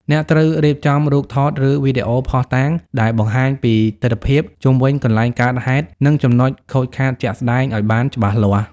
អ្នកត្រូវរៀបចំ រូបថត ឬវីដេអូភស្តុតាង ដែលបង្ហាញពីទិដ្ឋភាពជុំវិញកន្លែងកើតហេតុ និងចំណុចខូចខាតជាក់ស្ដែងឱ្យបានច្បាស់លាស់។